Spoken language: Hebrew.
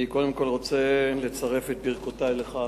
אני קודם כול רוצה לצרף את ברכותי לך,